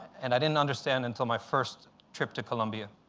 and i didn't understand until my first trip to colombia.